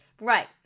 Right